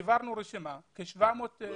עזוב.